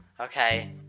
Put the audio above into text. Okay